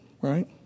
right